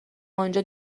انجا